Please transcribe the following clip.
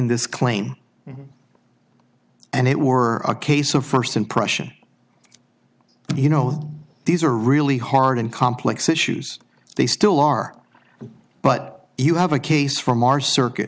this claim and it were a case of first impression and you know these are really hard and complex issues they still are but you have a case from our circuit